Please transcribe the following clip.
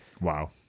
Wow